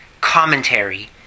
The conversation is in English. commentary